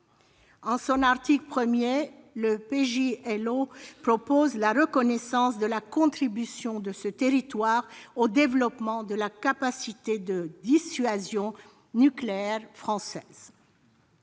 En son article 1, le projet de loi organique prévoit la reconnaissance de la contribution de ce territoire au développement de la capacité de dissuasion nucléaire française.